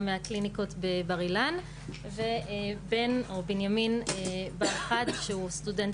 גם מהקליניקות בבר אילן ובנימין שהוא סטודנט